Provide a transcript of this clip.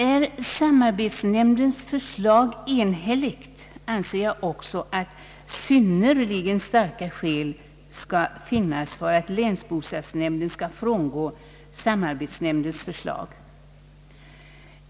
Är samarbetsnämndens förslag enhälligt, anser jag att synnerligen starka skäl skall finnas för att länsbostadsnämnden skall frångå samarbetsnämndens förslag.